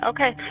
Okay